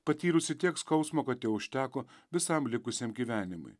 patyrusį tiek skausmo kad jo užteko visam likusiam gyvenimui